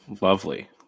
Lovely